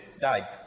died